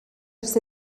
ers